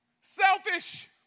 selfish